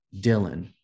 Dylan